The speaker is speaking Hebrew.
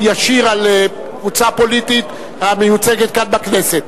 ישיר על קבוצה פוליטית המיוצגת כאן בכנסת.